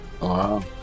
Wow